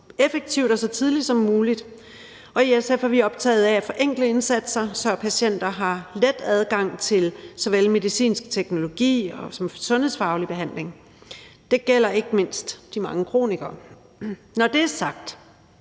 effektivt og så tidligt som muligt, og i SF er vi optaget af at forenkle indsatser, så patienter har let adgang til såvel medicinsk teknologi som sundhedsfaglig behandling. Det gælder ikke mindst de mange kronikere. Når det er sagt,